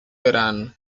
verano